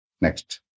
Next